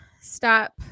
stop